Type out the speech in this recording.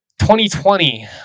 2020